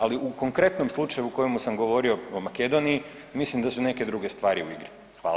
Ali u konkretnom slučaju o kojemu sam govorio, o Makedoniji mislim da su neke druge stvari u igri.